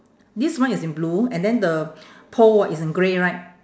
this one is in blue and then the pole ah is in grey right